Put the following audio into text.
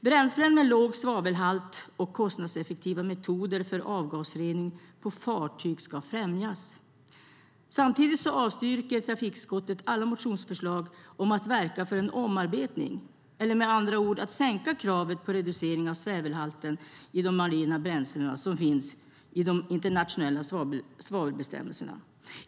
Bränslen med låg svavelhalt och kostnadseffektiva metoder för avgasrening på fartyg ska främjas. Samtidigt avstyrker trafikutskottet alla motionsförslag om att verka för en omarbetning, med andra ord att sänka kravet på reducering av svavelhalten i de marina bränslen som finns i de internationella svavelbestämmelserna.